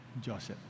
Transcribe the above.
Joseph